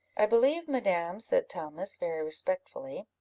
i believe, madam, said thomas, very respectfully,